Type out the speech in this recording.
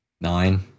nine